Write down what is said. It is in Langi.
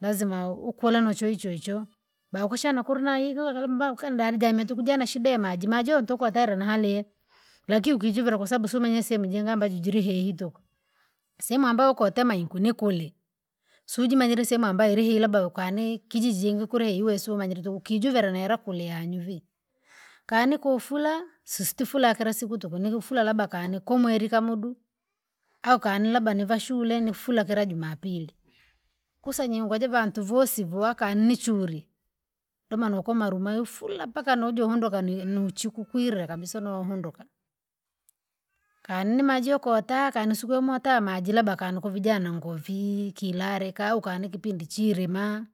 lazima ukula nucho hichohicho, baukishana kulinahii kalikali mbanga ukaenda alijamia tukuja na shida maji maji uutukwa utere na hali eehe. Lakini ukijuvila kwasababu usumenye sehemu jingi ambajo jirihihi tuku, ehemu ambayo okotema ikunikuli, sujimanyire sehemu ambayo ilihira labda ukanii kijiji jingi kule iwesu umanyire tuku kujuju alinakule yanyuvi, kani kufura, sisi tufura kilasiku tuku nikufura labda kani kumweri kamudu, au kani labda nivashule nifure kila jumapili, kuse nyingwe jivantu vosi vwa kani churi, doma nukoma rumaifura mpaka nojohondoka nuchiku kwira kabisa nohondoka, kani ni maji okotaka kanisuke mota maji labda kanukuvijana ngovii kii laleka au aukanipipindi chirima.